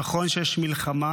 נכון שיש מלחמה,